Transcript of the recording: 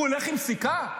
הוא הולך עם סיכה?